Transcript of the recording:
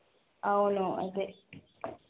అవును అదే